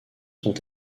sont